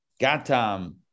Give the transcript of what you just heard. Gatam